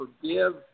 forgive